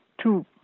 two